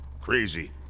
Crazy